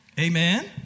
Amen